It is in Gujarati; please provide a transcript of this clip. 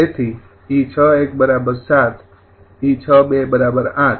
તેથી 𝑒૬૧ ૭ 𝑒૬૨ ૮